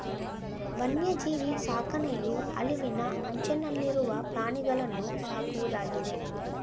ವನ್ಯಜೀವಿ ಸಾಕಣೆಯು ಅಳಿವಿನ ಅಂಚನಲ್ಲಿರುವ ಪ್ರಾಣಿಗಳನ್ನೂ ಸಾಕುವುದಾಗಿದೆ